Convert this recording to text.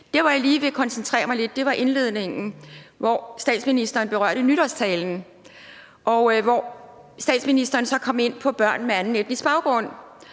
om, er indledningen, hvor statsministeren berørte nytårstalen, og hvor statsministeren så kom ind på børn med anden etnisk baggrund